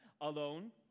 alone